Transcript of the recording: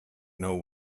know